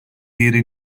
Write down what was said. yeri